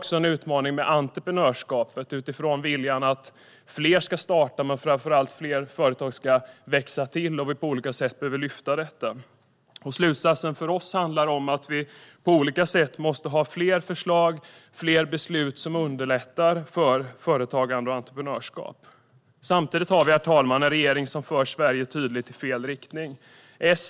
Vi har en utmaning med entreprenörskapet utifrån att fler ska vilja starta företag men framför allt att fler företag ska växa till, och detta behöver vi lyfta upp på olika sätt. Slutsatsen för oss handlar om att vi måste ha fler förslag och beslut som underlättar företagande och entreprenörskap. Samtidigt, herr talman, har vi en regering som tydligt för Sverige i fel riktning.